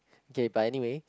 okay but anyway